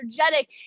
energetic